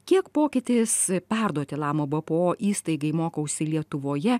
kiek pokytis perduoti lama bpo įstaigai mokausi lietuvoje